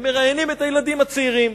ומראיינות את הילדים הצעירים.